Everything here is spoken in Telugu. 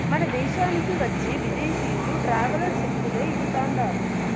మన దేశానికి వచ్చే విదేశీయులు ట్రావెలర్ చెక్కులే ఇస్తాండారు